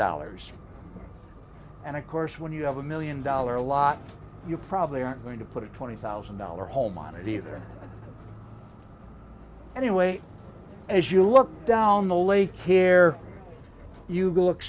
dollars and of course when you have a million dollar lot you probably aren't going to put a twenty thousand dollar home on it either anyway as you look down the lake eyre you go look